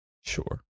Sure